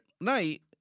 night